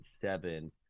seven